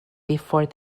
before